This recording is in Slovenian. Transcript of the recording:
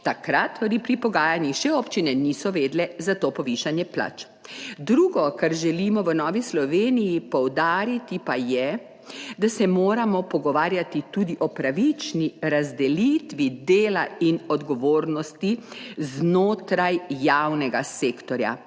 takrat tudi pri pogajanjih še občine niso vedele za to povišanje plač. Drugo, kar želimo v Novi Sloveniji poudariti, pa je, da se moramo pogovarjati tudi o pravični razdelitvi dela in odgovornosti znotraj javnega sektorja.